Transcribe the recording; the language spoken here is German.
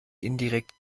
indirekt